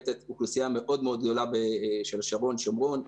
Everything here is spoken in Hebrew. אוכלוסייה מאוד מאוד גדולה של השרון והשומרון.